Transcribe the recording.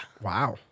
Wow